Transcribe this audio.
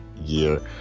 year